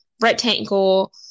rectangle